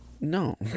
No